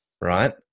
right